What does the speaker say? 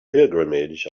pilgrimage